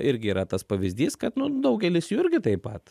irgi yra tas pavyzdys kad nu daugelis jų irgi taip pat